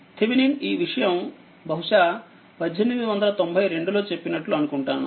థీవెనిన్ఈ విషయం బహుశా 1892 లో చెప్పినట్లు అనుకుంటున్నాను